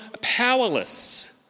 powerless